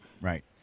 Right